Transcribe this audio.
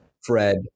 Fred